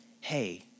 Hey